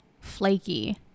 flaky